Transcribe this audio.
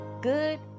good